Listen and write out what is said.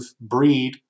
breed